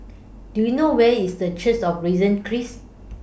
Do YOU know Where IS The Church of Risen Christ